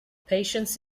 patience